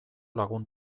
lagun